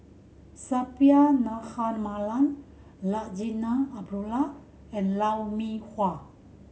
Suppiah Dhanabalan Larinah Abdullah and Lou Mee Wah